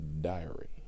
Diary